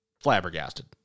flabbergasted